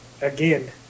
Again